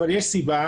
אבל יש סיבה,